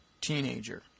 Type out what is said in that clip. teenager